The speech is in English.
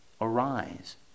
arise